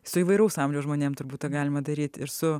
su įvairaus amžiaus žmonėms turbūt galima daryti ir su